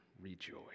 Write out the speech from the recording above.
rejoice